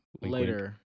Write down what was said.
Later